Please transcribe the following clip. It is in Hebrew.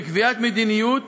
בקביעת מדיניות